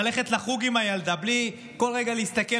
ללכת לחוג עם הילדה בלי כל רגע להסתכל